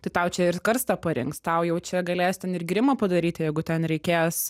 tai tau čia ir karstą parinks tau jau čia galės ten ir grimą padaryti jeigu ten reikės